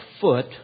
foot